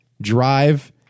drive